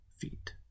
feet